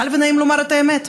קל ונעים לומר את האמת,